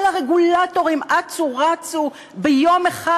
כל הרגולטורים אצו רצו ביום אחד,